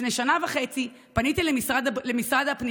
לפני שנה וחצי פניתי למשרד הפנים